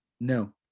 No